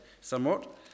somewhat